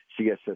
CSS